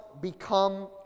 become